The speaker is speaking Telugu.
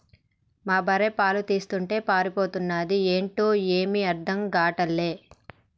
మా బర్రె పాలు తీస్తుంటే పారిపోతన్నాది ఏంటో ఏమీ అర్థం గాటల్లే